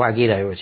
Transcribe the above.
વાગી રહ્યો છે